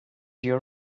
your